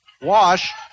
Wash